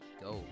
go